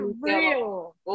real